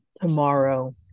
tomorrow